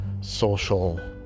social